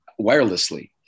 wirelessly